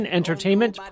entertainment